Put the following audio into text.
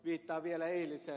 viittaan vielä eiliseen